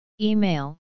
Email